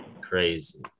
crazy